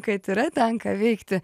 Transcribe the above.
kad yra ten ką veikti